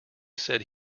said